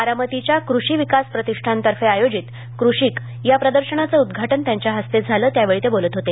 बारामतीच्या कृषी विकास प्रतिष्ठान तर्फे आयोजित कृषिक या प्रदर्शनाचं उदघाटन त्यांच्या हस्ते झालं त्यावेळी ते बोलत होते